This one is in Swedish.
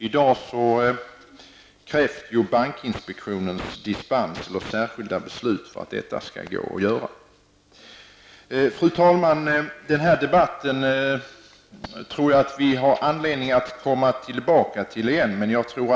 I dag krävs bankinspektionens dispens för särskilda beslut för att man skall kunna göra detta. Fru talman! Jag tror att vi får anledning att komma tillbaka till den här debatten.